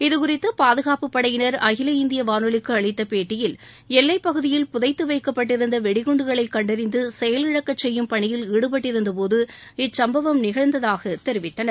இது குறித்து பாதுகாப்பு படையினர் அகில இந்திய வானொலிக்கு அளித்த பேட்டியில் எல்லை பகுதியில் புதைத்து வைக்கப்பட்டிருந்த வெடிகுண்டுகளை கண்டறிந்து செயல் இழக்க செய்யும் பணியில் ஈடுபட்டிருந்தபோது இச்சம்பவம் நிகழ்ந்தாக தெரிவித்தனர்